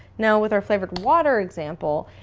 now with our flavored water example,